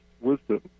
wisdom